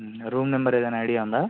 room number ఏదైనా idea ఉందా